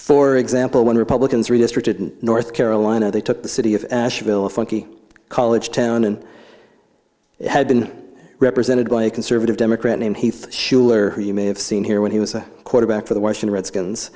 for example when republicans redistricted in north carolina they took the city of funky college town and it had been represented by a conservative democrat named heath shuler you may have seen here when he was a quarterback for the washington redskins